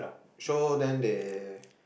show then they